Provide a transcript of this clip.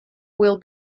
will